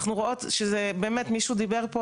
אנחנו רואות מישהו דיבר פה,